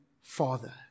Father